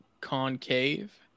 concave